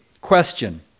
Question